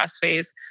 phase